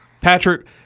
Patrick